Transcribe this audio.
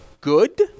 good